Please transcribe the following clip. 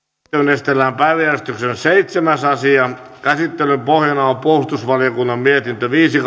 esitellään päiväjärjestyksen seitsemäs asia käsittelyn pohjana on puolustusvaliokunnan mietintö viisi